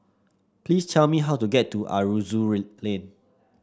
please tell me how to get to Aroozoo Lane